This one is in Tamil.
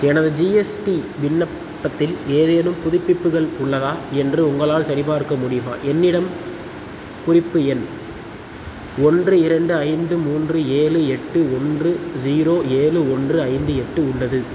எனது ஜிஎஸ்டி விண்ணப்பத்தில் ஏதேனும் புதுப்பிப்புகள் உள்ளதா என்று உங்களால் சரிபார்க்க முடியுமா என்னிடம் குறிப்பு எண் ஒன்று இரண்டு ஐந்து மூன்று ஏழு எட்டு ஒன்று ஜீரோ ஏழு ஒன்று ஐந்து எட்டு உள்ளது